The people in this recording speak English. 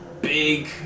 big